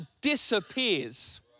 disappears